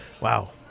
Wow